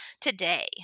today